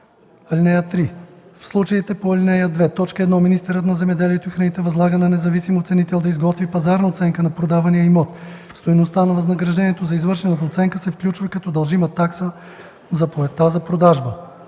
и 5: „(3) В случаите по ал. 2, т. 1 министърът на земеделието и храните възлага на независим оценител да изготви пазарна оценка на продавания имот. Стойността на възнаграждението за извършената оценка се включва като дължима такса в заповедта за продажба.